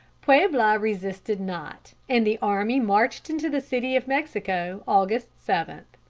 puebla resisted not, and the army marched into the city of mexico august seven.